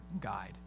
guide